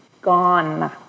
Gone